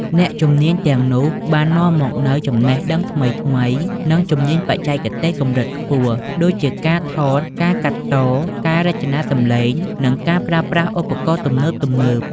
អ្នកជំនាញទាំងនោះបាននាំមកនូវចំណេះដឹងថ្មីៗ និងជំនាញបច្ចេកទេសកម្រិតខ្ពស់ ដូចជាការថត ការកាត់ត ការរចនាសំឡេង និងការប្រើប្រាស់ឧបករណ៍ទំនើបៗ។